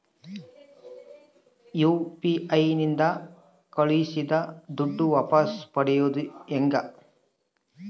UPI ನಿಂದ ಕಳುಹಿಸಿದ ದುಡ್ಡು ವಾಪಸ್ ಪಡೆಯೋದು ಹೆಂಗ?